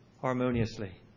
harmoniously